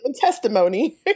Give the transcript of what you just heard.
testimony